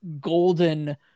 golden